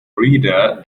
reader